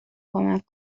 کمک